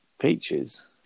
Peaches